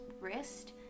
wrist